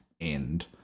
end